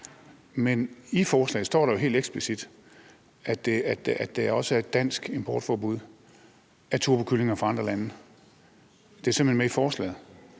I forslaget står der jo også helt eksplicit, at det er et dansk importforbud af turbokyllinger fra andre lande. Det er simpelt hen med i forslaget.